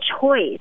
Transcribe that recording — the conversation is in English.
choice